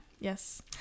yes